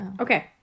Okay